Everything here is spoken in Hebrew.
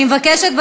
אני מבקשת,